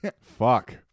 Fuck